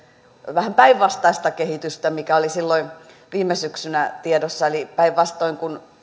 vähän päinvastaista kehitystä mikä oli silloin viime syksynä tiedossa eli päinvastoin kuin